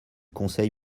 conseil